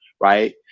right